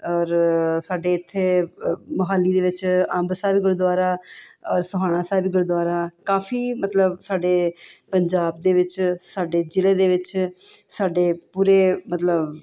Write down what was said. ਔਰ ਸਾਡੇ ਇੱਥੇ ਅ ਮੋਹਾਲੀ ਦੇ ਵਿੱਚ ਅੰਬ ਸਾਹਿਬ ਗੁਰਦੁਆਰਾ ਔਰ ਸੋਹਾਣਾ ਸਾਹਿਬ ਗੁਰਦੁਆਰਾ ਕਾਫ਼ੀ ਮਤਲਬ ਸਾਡੇ ਪੰਜਾਬ ਦੇ ਵਿੱਚ ਸਾਡੇ ਜ਼ਿਲ੍ਹੇ ਦੇ ਵਿੱਚ ਸਾਡੇ ਪੂਰੇ ਮਤਲਬ